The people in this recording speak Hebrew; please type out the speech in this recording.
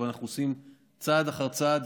אבל אנחנו עושים צעד אחר צעד,